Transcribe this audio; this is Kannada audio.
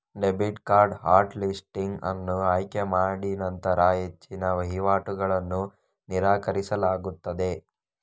ಡೆಬಿಟ್ ಕಾರ್ಡ್ ಹಾಟ್ ಲಿಸ್ಟಿಂಗ್ ಅನ್ನು ಆಯ್ಕೆ ಮಾಡಿನಂತರ ಹೆಚ್ಚಿನ ವಹಿವಾಟುಗಳನ್ನು ನಿರಾಕರಿಸಲಾಗುತ್ತದೆ